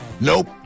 Nope